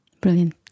brilliant